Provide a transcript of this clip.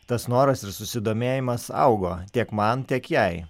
tas noras ir susidomėjimas augo tiek man tiek jai